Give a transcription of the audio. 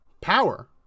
power